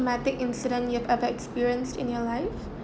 ~matic incident you have ever experienced in your life